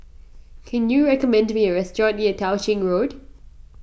can you recommend me a restaurant near Tao Ching Road